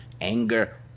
anger